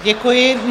Děkuji.